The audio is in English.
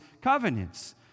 covenants